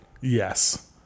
Yes